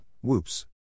whoops